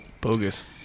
Bogus